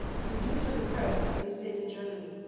so due to the parents, they stayed in germany.